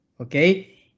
okay